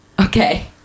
Okay